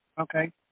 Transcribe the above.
okay